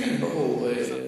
כן, ברור.